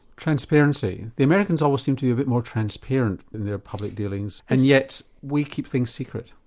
transparency the americans always seem to be a bit more transparent in their public dealings and yet we keep things secret.